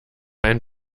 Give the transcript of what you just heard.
ein